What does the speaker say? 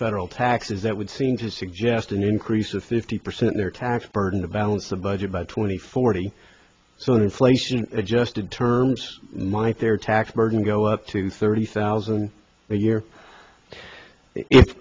federal taxes that would seem to suggest an increase of fifty percent their tax burden to balance the budget by twenty forty so in inflation adjusted terms might their tax burden go up to thirty thousand a year if